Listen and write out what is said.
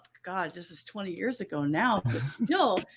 god. this is twenty years ago now. it's still,